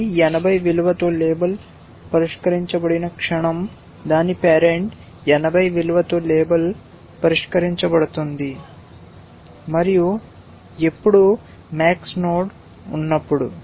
ఇది 80 విలువతో లేబుల్ పరిష్కరించబడిన క్షణం దాని పేరెంట్ 80 విలువతో పరిష్కరించబడుతుంది అని లేబుల్ చేయబడతుంది మరియు ఎప్పుడు max నోడ్ ఉన్నప్పుడు